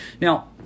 Now